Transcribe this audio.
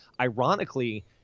Ironically